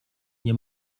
nie